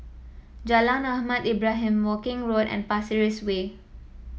Jalan Ahmad Ibrahim Woking Road and Pasir Ris Way